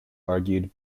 argued